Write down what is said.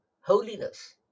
holiness